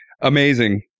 Amazing